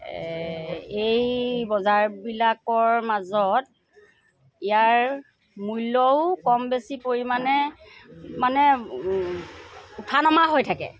এই বজাৰবিলাকৰ মাজত ইয়াৰ মূল্যও কম বেছি পৰিমাণে মানে উঠা নমা হৈ থাকে